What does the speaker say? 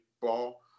ball